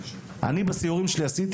בסיורים שעשיתי